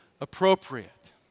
appropriate